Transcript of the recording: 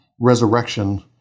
resurrection